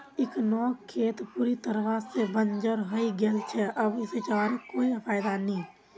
इखनोक खेत पूरी तरवा से बंजर हइ गेल छेक अब सींचवारो कोई फायदा नी